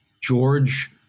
George